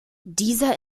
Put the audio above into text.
dieser